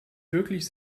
wirklich